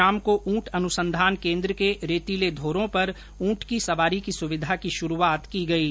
शाम को ऊंट अनुसंधान केन्द्र के रेतीले धोरों पर ऊंट की सवारी की सुविधा की शुरूआत की जा रही है